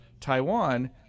Taiwan